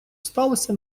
сталося